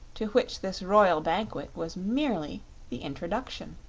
to which this royal banquet was merely the introduction.